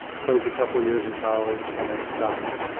place a couple of years in college, and then stops.